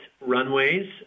runways